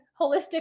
holistic